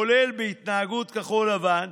כולל בהתנהגות כחול לבן,